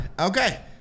Okay